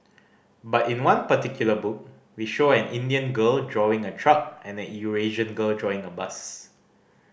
but in one particular book we show an Indian girl drawing a truck and a Eurasian girl drawing a bus